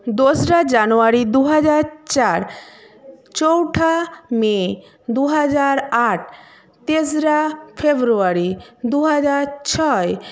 দোসরা জানুয়ারি দু হাজার চার চৌঠা মে দু হাজার আট তেসরা ফেব্রুয়ারি দু হাজার ছয়